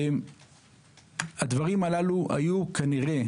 הדברים הללו היו כנראה